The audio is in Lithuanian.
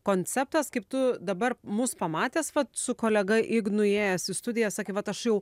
konceptas kaip tu dabar mus pamatęs vat su kolega ignu įėjęs į studiją sakei vat aš jau